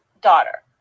daughter